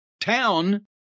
town